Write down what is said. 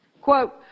Quote